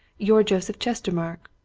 you're joseph chestermarke.